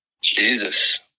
jesus